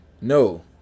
No